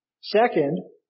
Second